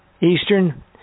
Eastern